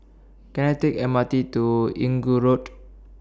Can I Take M R T to Inggu Road